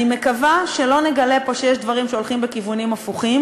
אני מקווה שלא נגלה פה שיש דברים שהולכים בכיוונים הפוכים.